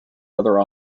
other